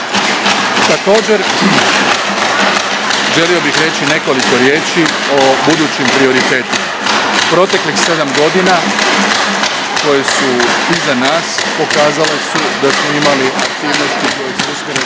Također, želio bih reći i nekoliko riječi o budućim prioritetima. U proteklih sedam godina koje su iza nas pokazale su da smo imali .../Govornik se